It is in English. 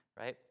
right